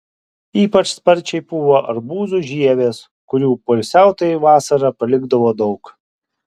ypač sparčiai pūva arbūzų žievės kurių poilsiautojai vasarą palikdavo daug